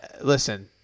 listen